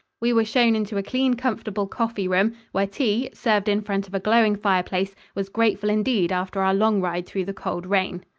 we were shown into a clean, comfortable coffee room, where tea, served in front of a glowing fire place, was grateful indeed after our long ride through the cold rain.